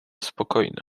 spokojny